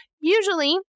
Usually